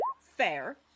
Fair